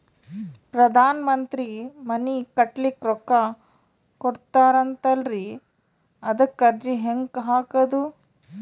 ಪ್ರಧಾನ ಮಂತ್ರಿ ಮನಿ ಕಟ್ಲಿಕ ರೊಕ್ಕ ಕೊಟತಾರಂತಲ್ರಿ, ಅದಕ ಅರ್ಜಿ ಹೆಂಗ ಹಾಕದು?